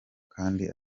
kandi